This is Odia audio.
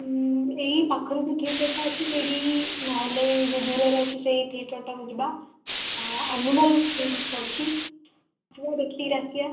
ଉଁ ଏଇ ପାଖରେ ଯୋଉ ଥିଏଟର୍ଟା ଅଛି ସେଇଠିକି ନହେଲେ ଯୋଉ ଦୂରରେ ଅଛି ସେଇ ଥିଏଟର୍ଟାକୁ ଯିବା ଏନିମଲ୍ ଫିଲ୍ମ ପଡ଼ିଛି ଯିବା ଦେଖିକିରି ଆସିବା